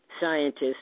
scientists